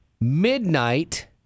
Midnight